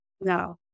No